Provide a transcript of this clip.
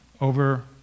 over